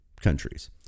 countries